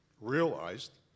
realized